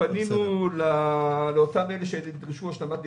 פנינו לאותם אלה שדרשנו מהם השלמת נתונים.